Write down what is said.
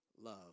Love